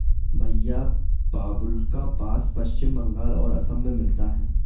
भईया बाबुल्का बास पश्चिम बंगाल और असम में मिलता है